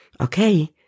Okay